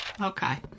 okay